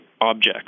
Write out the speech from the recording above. objects